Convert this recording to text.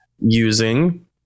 using